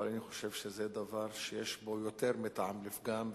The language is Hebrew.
אבל אני חושב שזה דבר שיש בו יותר מטעם לפגם.